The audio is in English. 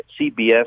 CBS